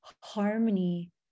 harmony